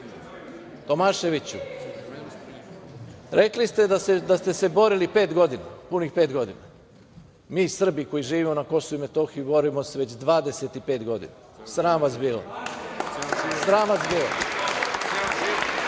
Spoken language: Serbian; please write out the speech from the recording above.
Tomaševiću, rekli ste da ste se borili punih pet godina. Mi Srbi koji živimo na Kosovu i Metohiji borimo se već 25 godina. Sram vas bilo! Dok vi